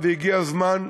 והגיע הזמן,